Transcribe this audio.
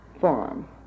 farm